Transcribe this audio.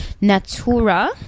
Natura